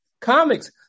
comics